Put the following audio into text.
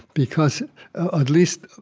because ah at least,